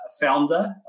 founder